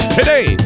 Today